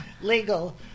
legal